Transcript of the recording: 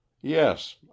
Yes